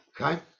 Okay